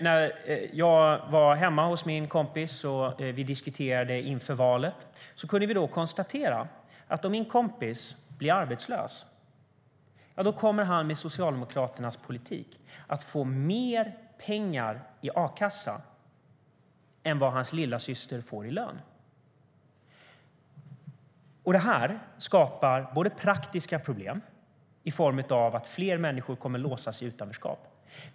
När jag var hemma hos min kompis och vi diskuterade inför valet kunde vi konstatera följande: Om min kompis blir arbetslös kommer han med Socialdemokraternas politik att få mer pengar i a-kassa än vad hans lillasyster får i lön. Det här skapar praktiska problem i form av att fler människor kommer att låsas i utanförskap.